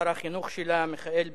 שר החינוך שלה, מיכאל בן-ארי,